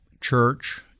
church